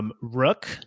Rook